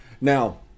Now